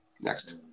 next